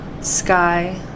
sky